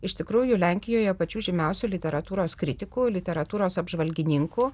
iš tikrųjų lenkijoje pačių žymiausių literatūros kritikų literatūros apžvalgininkų